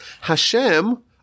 Hashem